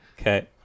Okay